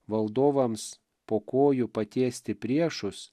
valdovams po kojų patiesti priešus